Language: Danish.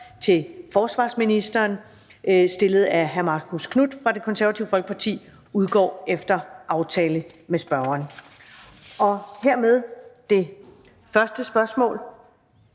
til forsvarsministeren stillet af Marcus Knuth, Det Konservative Folkeparti, udgår efter aftale med spørgeren. --- Det næste punkt